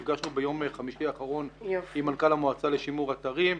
נפגשנו ביום חמישי האחרון עם מנכ"ל המועצה לשימור אתרים.